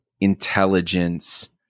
intelligence